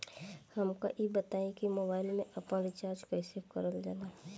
हमका ई बताई कि मोबाईल में आपन रिचार्ज कईसे करल जाला?